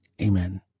Amen